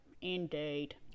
indeed